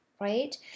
right